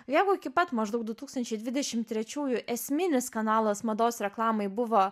jeigu iki pat maždaug du tūkstančiai dvidešim trečiųjų esminis kanalas mados reklamai buvo